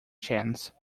chance